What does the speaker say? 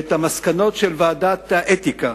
את המסקנות של ועדת האתיקה,